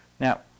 Now